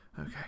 okay